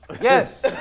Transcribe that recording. Yes